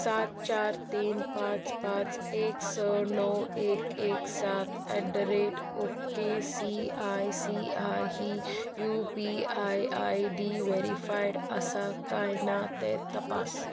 सात चार तीन पांच पांच एक स णव एक एक सात at the rate okay C I C I ही U P I I D verified आसा काय ना तें तपास